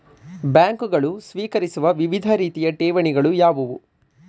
ಬ್ಯಾಂಕುಗಳು ಸ್ವೀಕರಿಸುವ ವಿವಿಧ ರೀತಿಯ ಠೇವಣಿಗಳು ಯಾವುವು?